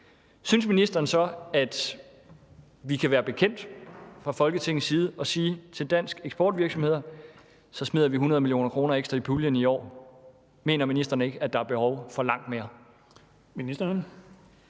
synes ministeren så, at vi kan være bekendt fra Folketingets side at sige til danske eksportvirksomheder: Så smider vi 100 mio. kr. ekstra i puljen i år. Mener ministeren ikke, at der er behov for langt mere?